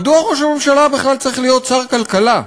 מדוע ראש הממשלה בכלל צריך להיות שר הכלכלה?